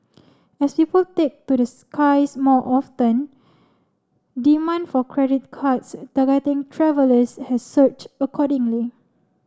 as people take to the skies more often demand for credit cards targeting travellers has surged accordingly